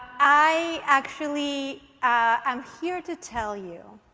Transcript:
i actually i'm here to tell you